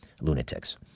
lunatics